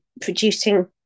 producing